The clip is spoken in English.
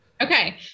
okay